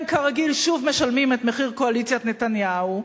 הם כרגיל שוב משלמים את מחיר קואליציית נתניהו.